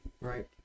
right